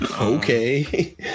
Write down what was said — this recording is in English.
Okay